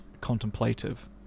contemplative